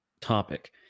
topic